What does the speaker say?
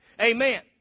Amen